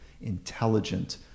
intelligent